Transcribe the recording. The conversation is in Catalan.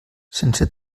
sense